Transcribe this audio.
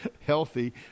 healthy